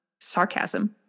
sarcasm